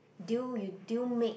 deal you deal make